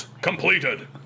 completed